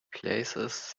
places